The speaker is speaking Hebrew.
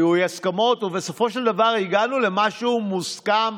היו אי-הסכמות, ובסופו של דבר הגענו למשהו מוסכם,